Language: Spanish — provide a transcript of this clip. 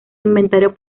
inventario